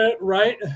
Right